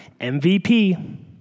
MVP